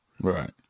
Right